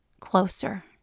Closer